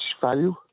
value